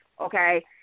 okay